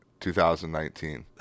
2019